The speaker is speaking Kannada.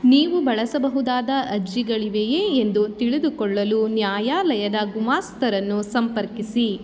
ನೀವು ಬಳಸಬಹುದಾದ ಅರ್ಜಿಗಳಿವೆಯೇ ಎಂದು ತಿಳಿದುಕೊಳ್ಳಲು ನ್ಯಾಯಾಲಯದ ಗುಮಾಸ್ತರನ್ನು ಸಂಪರ್ಕಿಸಿ